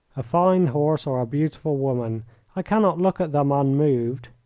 a fine horse or a beautiful woman i cannot look at them unmoved,